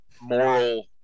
moral